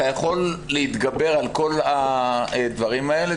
אתה יכול להתגבר על כל הדברים האלה.